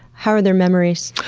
how are their memories?